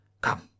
come